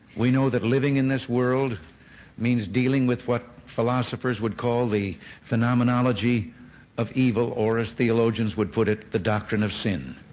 we know that living in this world means dealing with what philosophers would call the phenomenology of evil or as theologians would put it, the doctrine of sin.